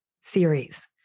series